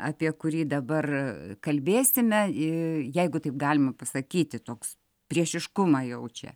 apie kurį dabar kalbėsime jeigu taip galima pasakyti toks priešiškumą jaučia